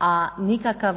a nikakav